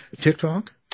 TikTok